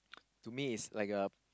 to me is like a